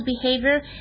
behavior